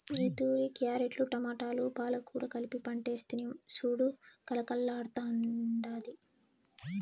ఈతూరి క్యారెట్లు, టమోటాలు, పాలకూర కలిపి పంటేస్తిని సూడు కలకల్లాడ్తాండాది